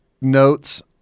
notes